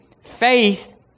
Faith